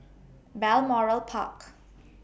Balmoral Park